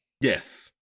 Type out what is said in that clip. Yes